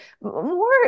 more